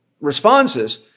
responses